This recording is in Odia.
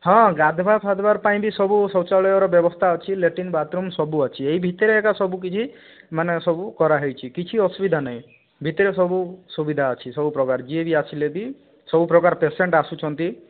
ହଁ ଗାଧ୍ବାର ଫାଧ୍ବାର ପାଇଁ ବି ସବୁ ଶୌଚାଳୟର ବ୍ୟବସ୍ଥା ଅଛି ଲାଟ୍ରିନ୍ ବାଥରୁମ୍ ସବୁ ଅଛି ଏଇ ଭିତ୍ରେ ଏକା ସବୁ କିଛି ମାନେ ସବୁ କରା ହୋଇଛି କିଛି ଅସୁବିଧା ନାହିଁ ଭିତ୍ରେ ସବୁ ସୁବିଧା ଅଛି ସବୁ ପ୍ରକାରର ଯିଏ ବି ଆସିଲେ ବି ସବୁ ପ୍ରକାର ପେସେଣ୍ଟ ଆସୁଛନ୍ତି